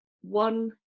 one